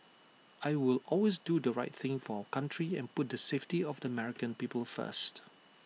I will always do the right thing for our country and put the safety of the American people first